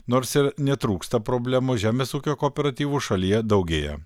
nors ir netrūksta problemų žemės ūkio kooperatyvų šalyje daugėja